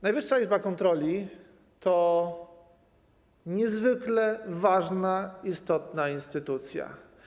Najwyższa Izba Kontroli to niezwykle ważna, istotna instytucja.